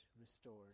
restored